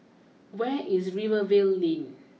where is Rivervale Lane